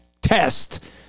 test